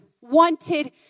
wanted